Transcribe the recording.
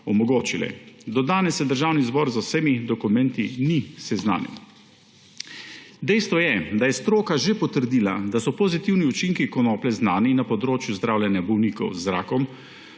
omogočile. Do danes se Državni zbor z vsemi dokumenti ni seznanil. Dejstvo je, da je stroka že potrdila, da so pozitivni učinki konoplje znani na področju zdravljenja bolnikov z rakom,